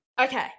Okay